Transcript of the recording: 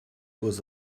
was